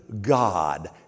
God